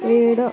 वेडं